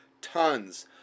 tons